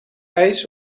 ijs